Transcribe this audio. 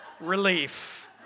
relief